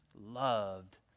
loved